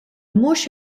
mhux